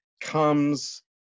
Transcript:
comes